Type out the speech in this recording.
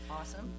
Awesome